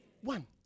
One